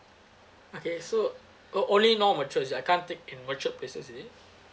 okay so oh only no mature is it I can't take in mature places is it